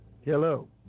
Hello